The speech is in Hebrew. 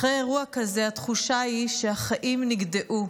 אחרי אירוע כזה, התחושה היא שהחיים נגדעו,